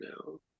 no